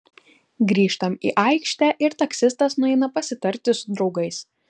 grįžtam į aikštę ir taksistas nueina pasitarti su draugais